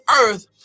earth